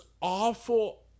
awful